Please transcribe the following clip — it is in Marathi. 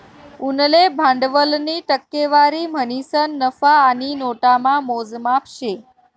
उनले भांडवलनी टक्केवारी म्हणीसन नफा आणि नोटामा मोजमाप शे